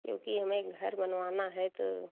क्योंकि हमें घर बनवाना है तो